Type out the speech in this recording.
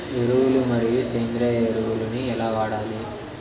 ఎరువులు మరియు సేంద్రియ ఎరువులని ఎలా వాడాలి?